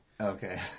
okay